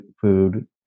food